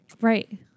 Right